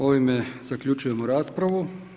Ovime zaključujemo raspravu.